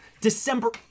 December